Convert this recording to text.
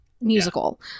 Musical